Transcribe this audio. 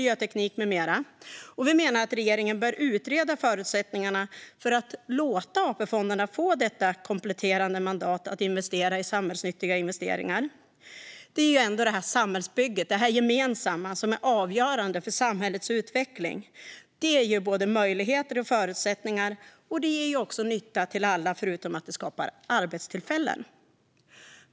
Vissa ytterligare ändringar av placeringsreglerna för Första-Fjärde AP-fonderna Vi menar att regeringen bör utreda förutsättningarna för att låta AP-fonderna få detta kompletterande mandat att investera i samhällsnyttiga investeringar. Det är ändå samhällsbygget, det gemensamma, som är avgörande för samhällets utveckling. Det ger både möjligheter och förutsättningar, och det ger också nytta till alla utöver att det skapar arbetstillfällen.